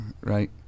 right